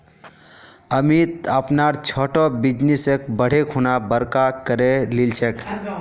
अमित अपनार छोटो बिजनेसक बढ़ैं खुना बड़का करे लिलछेक